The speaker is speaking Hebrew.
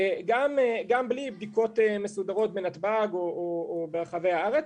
גם בלי בדיקות מסודרות בנתב"ג או ברחבי הארץ.